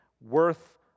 worth